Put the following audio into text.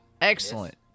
excellent